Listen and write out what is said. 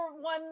one